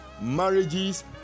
marriages